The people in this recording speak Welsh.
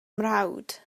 mrawd